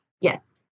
Yes